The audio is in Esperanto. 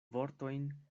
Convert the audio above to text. vortojn